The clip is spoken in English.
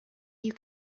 you